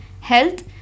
health